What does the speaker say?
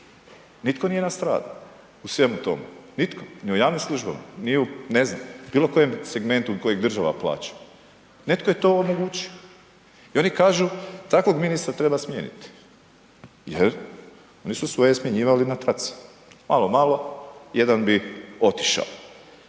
Nitko nije nastradao u svemu tome, nitko ni u javnim službama, ni u ne znam bilo kojem segmentu kojeg država plaća. Netko je to omogućio. I oni kažu, takvog ministra treba smijeniti jer oni su svoje smjenjivali na traci. Malo, malo jedan bi otišao.